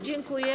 Dziękuję.